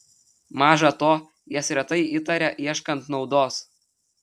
maža to jas retai įtaria ieškant naudos